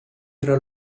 tra